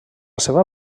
seva